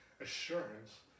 assurance